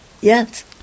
Yes